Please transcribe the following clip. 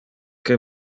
que